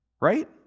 Right